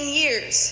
years